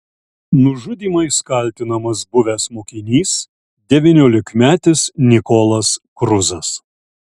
nužudymais kaltinamas buvęs mokinys devyniolikmetis nikolas kruzas